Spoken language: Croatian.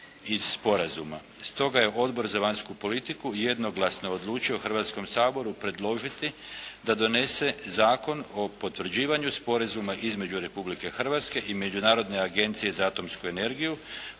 je Odbor za vanjsku politiku jednoglasno odlučio Hrvatskom saboru predložiti da donese Zakon o potvrđivanju Sporazuma između Republike Hrvatske i Međunarodne agencije za atomsku energiju